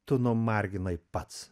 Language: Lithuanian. tu numarginai pats